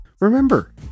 Remember